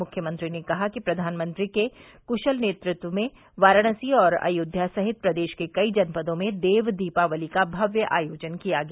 मुख्यमंत्री ने कहा कि प्रवानमंत्री के क्शल नेतृत्व में वाराणसी और अयोध्या सहित प्रदेश के कई जनपदों में देव दीपावली का भव्य आयोजन किया गया